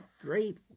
great